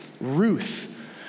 Ruth